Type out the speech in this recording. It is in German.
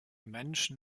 menschen